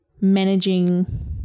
managing